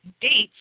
dates